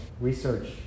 research